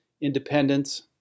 independence